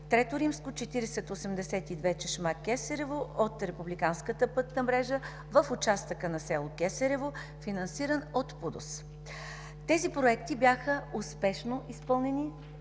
път ІІІ-4082 Чешма – Кесарево от републиканска пътна мрежа в участъка на село Кесарево”, финансиран от ПУДООС. Тези проекти бяха успешно изпълнени